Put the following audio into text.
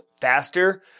faster